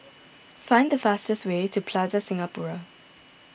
find the fastest way to Plaza Singapura